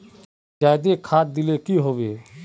जाबे खाद दिले की होबे?